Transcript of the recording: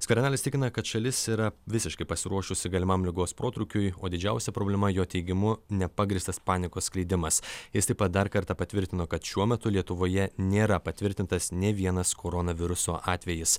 skvernelis tikina kad šalis yra visiškai pasiruošusi galimam ligos protrūkiui o didžiausia problema jo teigimu nepagrįstas panikos skleidimas jis taip pat dar kartą patvirtino kad šiuo metu lietuvoje nėra patvirtintas nė vienas koronaviruso atvejis